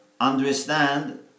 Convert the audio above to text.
understand